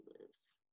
lives